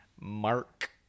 Mark